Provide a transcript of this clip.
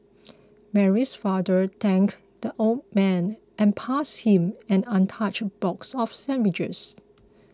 Mary's father thanked the old man and passed him an untouched box of sandwiches